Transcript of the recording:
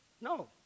No